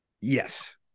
Yes